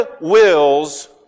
wills